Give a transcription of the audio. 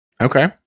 Okay